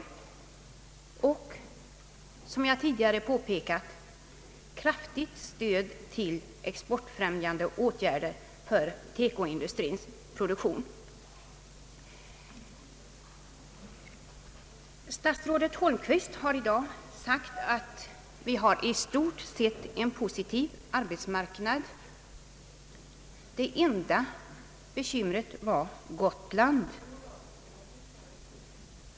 Dessutom önskar vi, som jag förut påpekat, kraftigt statligt stöd till exportfrämjande åtgärder för Teko-industriernas produktion. Statsrådet Holmqvist har i dag sagt att vi i stort sett har en positiv arbetsmarknad i landet. Det enda bekymret är Gotland.